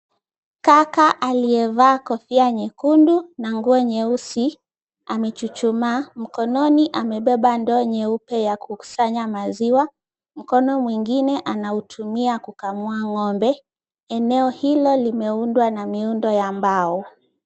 Kaka aliyevaa kofia nyekundu na nguo nyeusi amechuchumaa. Mkononi amebeba ndoo nyeupe ya kukusanya maziwa. Mkono mwingine anautumia kukamua ngombe. Eneo hilo limeundwa na miundo ya mbao.